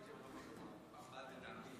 טובים, חברי הכנסת, השר אקוניס,